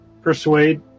Persuade